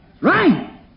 Right